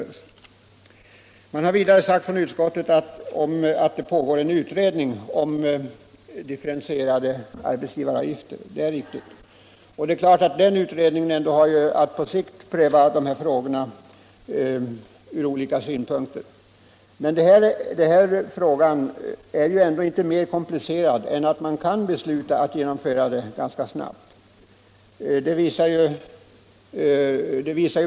Utskottet har vidare anfört att det pågår en utredning om differentierade arbetsgivaravgifter. Det är riktigt, och det är klart att den utredningen har att på sikt pröva de här frågorna ur olika synpunkter. Men frågan om nedsättning av arbetsgivaravgiften även för kommuner och landsting inom stödområdet är ändå inte mer komplicerad än att vi bör kunna besluta att genomföra en ändring utan en stor utredning.